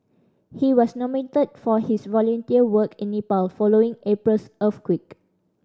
he was nominated for his volunteer work in Nepal following April's earthquake